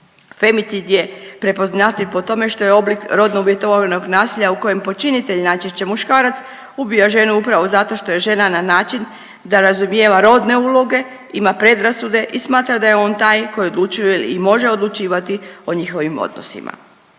Femicid je prepoznatljiv po tome što je oblik rodno uvjetovanog nasilja u kojem počinitelj, najčešće muškarac ubija ženu upravo zato što je žena na način da razumijeva rodne uloge, ima predrasude i smatra da je on taj koji odlučuje i može odlučivati o njihovim odnosima.